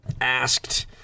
asked